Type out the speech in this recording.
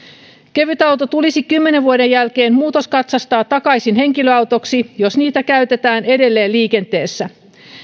kevytauto tulisi kymmenen vuoden jälkeen muutoskatsastaa takaisin henkilöautoksi jos sitä käytetään edelleen liikenteessä